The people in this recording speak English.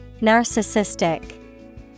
Narcissistic